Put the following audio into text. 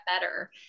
better